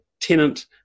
tenant